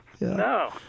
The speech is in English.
No